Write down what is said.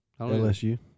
LSU